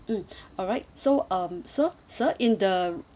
mm alright so um so sir in the